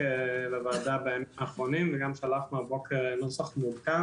לוועדה רק בימים האחרונים וגם שלחנו הבוקר נוסח מעודכן